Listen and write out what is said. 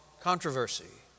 controversy